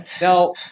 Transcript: Now